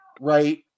Right